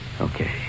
Okay